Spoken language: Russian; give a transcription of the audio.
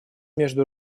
между